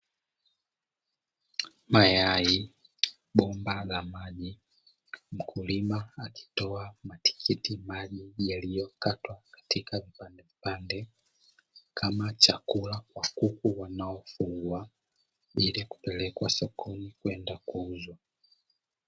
Mayai, bomba la maji, mkulima akitoa matikitimaji yaliyokatwa katika vipandevipande kama chakula kwa kuku wanaofugwa, ili kupelekwa sokoni kwenda kuuzwa.